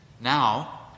now